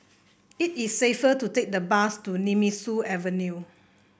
it is safer to take the bus to Nemesu Avenue